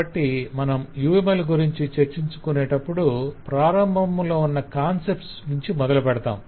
కాబట్టి మనం UML గురించి చర్చించుకునేటప్పుడు ప్రారంభంలో ఉన్న కాన్సెప్ట్స్ నుంచి మొదలుపెడదాం